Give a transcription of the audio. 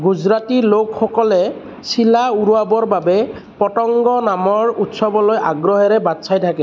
গুজৰাটী লোকসকলে চিলা উৰুৱাবৰ বাবে পটংগ নামৰ উৎসৱলৈ আগ্ৰহেৰে বাট চাই থাকে